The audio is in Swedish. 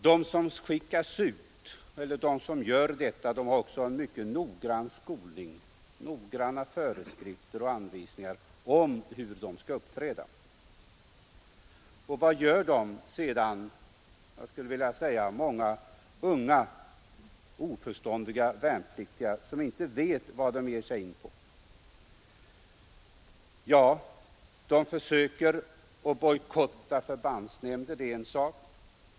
De som skickas ut att göra detta har också fått en mycket noggrann skolning. De har fått noggranna föreskrifter och anvisningar om hur de skall uppträda. Vad gör då dessa, jag skulle vilja säga unga och oförståndiga värnpliktiga, som inte vet vad de ger sig in på. Jo, de försöker bojkotta förbandsnämnder.